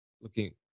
looking